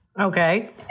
Okay